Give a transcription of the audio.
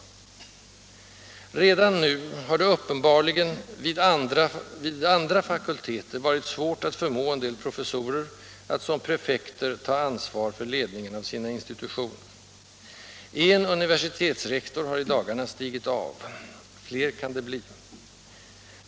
Redan nu har det uppenbarligen vid andra fakulteter varit svårt att förmå en del professorer att som prefekter ta ansvar för ledningen av sina institutioner. En universitetsrektor har i dagarna stigit av. Fler kan det bli.